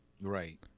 Right